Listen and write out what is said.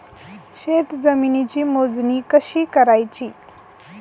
शेत जमिनीची मोजणी कशी करायची?